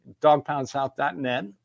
dogpoundsouth.net